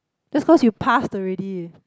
that's cause you passed already